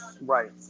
Right